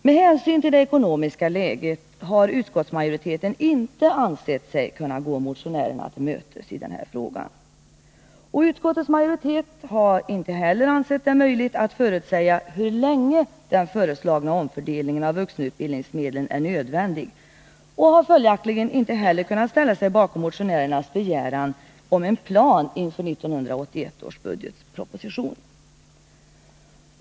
Med hänsyn till det ekonomiska läget har utskottsmajoriteten inte ansett sig kunna gå motionärerna till mötes i denna fråga. Utskottets majoritet har heller inte ansett det möjligt att förutsäga hur länge den föreslagna omfördelningen av vuxenutbildningsmedlen är nödvändig och har följaktligen inte heller kunnat ställa sig bakom motionärernas begäran om en plan inför 1981 års budgetproposition.